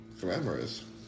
Glamorous